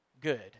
good